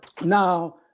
Now